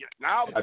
now